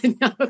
No